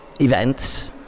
events